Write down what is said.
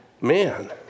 Man